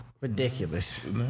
Ridiculous